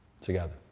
Together